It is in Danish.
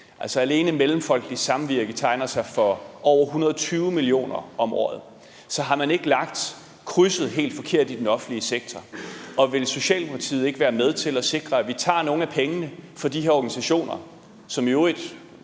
ind. Alene Mellemfolkeligt Samvirke tegner sig for over 120 mio. kr. om året. Så har man ikke lagt krydset helt forkert i den offentlige sektor? Og vil Socialdemokratiet ikke være med til at sikre, at vi tager nogle af pengene fra de her organisationer, hvis